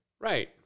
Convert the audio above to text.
Right